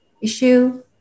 issue